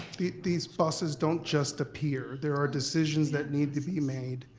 these buses don't just appear. there are decisions that need to be made.